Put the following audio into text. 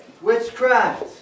Witchcraft